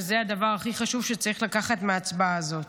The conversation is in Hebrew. וזה הדבר הכי חשוב שצריך לקחת מההצבעה הזאת.